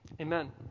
Amen